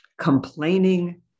complaining